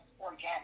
organic